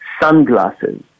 sunglasses